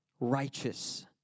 righteous